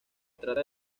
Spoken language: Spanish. trata